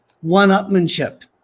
one-upmanship